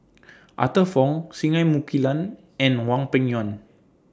Arthur Fong Singai Mukilan and Hwang Peng Yuan